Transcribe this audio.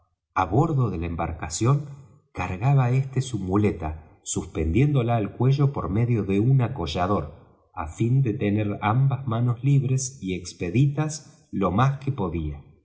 á bordo de la embarcación cargaba este su muleta suspendiéndola al cuello por medio de un acollador á fin de tener ambas manos libres y expeditas lo más que podía